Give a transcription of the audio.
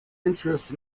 interest